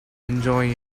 enjoying